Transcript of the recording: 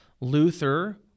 Luther—